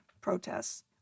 protests